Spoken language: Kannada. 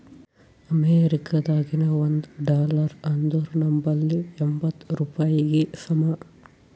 ಅಮೇರಿಕಾದಾಗಿನ ಒಂದ್ ಡಾಲರ್ ಅಂದುರ್ ನಂಬಲ್ಲಿ ಎಂಬತ್ತ್ ರೂಪಾಯಿಗಿ ಸಮ